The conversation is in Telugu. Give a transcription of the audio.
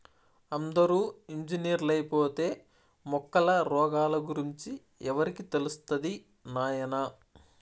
అందరూ ఇంజనీర్లైపోతే మొక్కల రోగాల గురించి ఎవరికి తెలుస్తది నాయనా